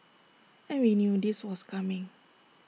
and we knew this was coming